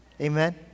amen